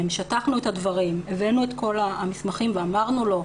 שטחנו את הדברים, הבאנו את כל המסמכים וביקשנו,